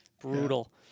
Brutal